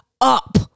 up